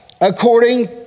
according